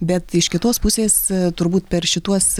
bet iš kitos pusės turbūt per šituos